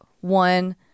one